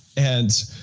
and